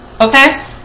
Okay